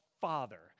Father